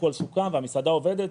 הכול שוקם והמסעדה עובדת,